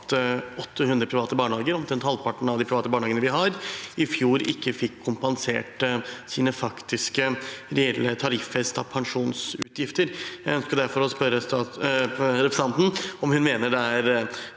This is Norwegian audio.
at 800 private barnehager – omtrent halvparten av de private barnehagene vi har – i fjor ikke fikk kompensert sine faktiske reelle tariffestede pensjonsutgifter. Jeg ønsker derfor å spørre representanten om hun mener det er